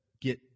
get